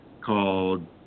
called